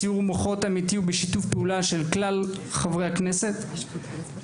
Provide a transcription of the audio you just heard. בסיעור מוחות אמיתי ובשיתוף פעולה של כלל חברי כנסת ישראל,